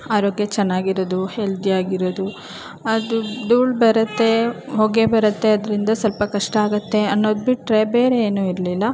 ಆರೋಗ್ಯ ಚೆನ್ನಾಗಿರೋದು ಹೆಲ್ದಿಯಾಗಿರೋದು ಅದು ಧೂಳ್ ಬರುತ್ತೆ ಹೊಗೆ ಬರುತ್ತೆ ಅದರಿಂದ ಸ್ವಲ್ಪ ಕಷ್ಟ ಆಗುತ್ತೆ ಅನ್ನೋದುಬಿಟ್ರೆ ಬೇರೆ ಏನು ಇರಲಿಲ್ಲ